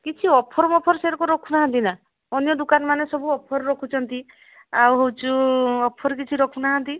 କିଛି ଅଫରମଫର ସେ ରଖୁନାହାନ୍ତିନା ଅନ୍ୟ ଦୋକାନମାନେ ସବୁ ଅଫର ରଖୁଛନ୍ତି ଆଉ ହେଉଛୁ ଅଫର କିଛି ରଖୁନାହାନ୍ତି